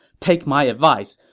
take my advice,